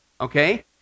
okay